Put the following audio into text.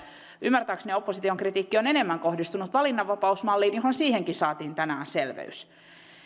ymmärtääkseni opposition kritiikki on enemmän kohdistunut valinnanvapausmalliin johon siihenkin saatiin tänään selvyys